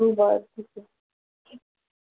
बरं ठीक आहे